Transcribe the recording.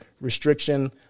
restriction